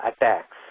attacks